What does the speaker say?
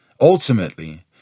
Ultimately